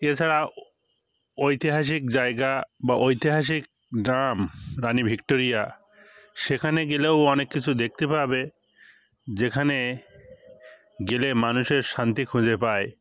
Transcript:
এছাড়া ঐতিহাসিক জায়গা বা ঐতিহাসিক গ্রাম রানি ভিক্টোরিয়া সেখানে গেলেও অনেক কিছু দেখতে পাবে যেখানে গেলে মানুষ শান্তি খুঁজে পায়